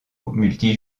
multi